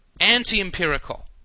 anti-empirical